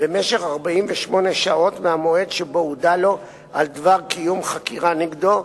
במשך 48 שעות מהמועד שבו הודע לו על דבר קיום חקירה נגדו,